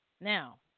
Now